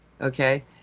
Okay